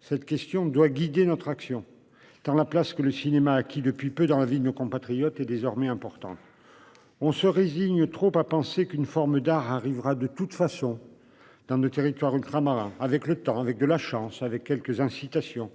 Cette question doit guider notre action dans la place que le cinéma qui depuis peu dans la vie de nos compatriotes et désormais important. On se résigne trop pas penser qu'une forme d'art arrivera de toute façon dans nos territoires ultramarins. Avec le temps avec de la chance avec quelques incitations